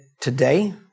today